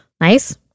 nice